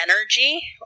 energy